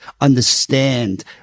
understand